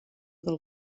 del